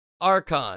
Archon